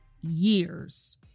years